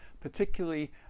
particularly